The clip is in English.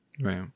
Right